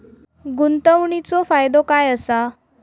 गुंतवणीचो फायदो काय असा?